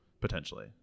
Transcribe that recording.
potentially